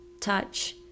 touch